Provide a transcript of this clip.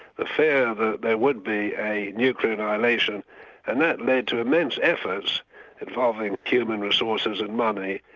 a fear that there would be a nuclear annihilation and that led to immense efforts involving human resources and money,